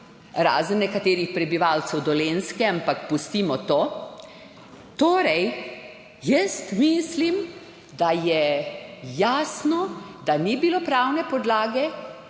razen nekaterih prebivalcev Dolenjske, ampak pustimo to. Torej, jaz mislim, da je jasno, da ni bilo pravne podlage